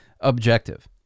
objective